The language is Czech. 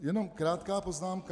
Jenom krátká poznámka.